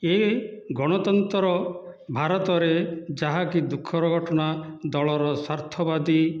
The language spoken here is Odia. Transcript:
ଏଇ ଗଣତନ୍ତ୍ର ଭାରତରେ ଯାହାକି ଦୁଃଖର ଘଟଣା ଦଳର ସ୍ଵାର୍ଥବାଦୀ